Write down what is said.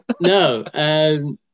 no